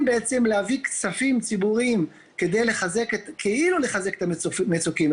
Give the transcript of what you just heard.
בעצם להביא כספים ציבוריים כאילו כדי לחזק את המצוקים,